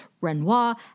Renoir